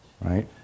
right